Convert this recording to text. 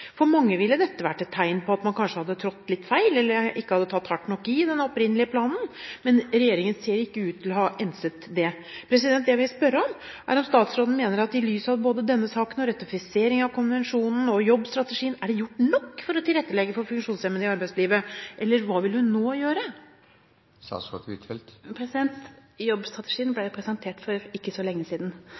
for unge uføre. For mange ville dette vært et tegn på at man kanskje hadde trådt litt feil, eller ikke hadde tatt hardt nok i i den opprinnelige planen, men regjeringen ser ikke ut til å ha enset det. Det jeg vil spørre om, er om statsråden mener at det i lys av både denne saken og ratifiseringen av konvensjonen og jobbstrategien er gjort nok for å tilrettelegge for funksjonshemmede i arbeidslivet, eller hva vil hun nå gjøre? Jobbstrategien ble presentert for ikke så lenge siden,